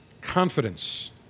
Confidence